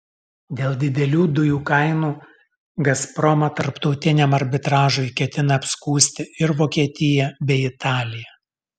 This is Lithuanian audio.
dėl didelių dujų kainų gazpromą tarptautiniam arbitražui ketina apskųsti ir vokietija bei italija